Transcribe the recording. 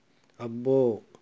అబ్బో